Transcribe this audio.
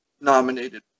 nominated